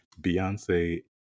Beyonce